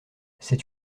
c’est